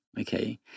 okay